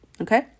okay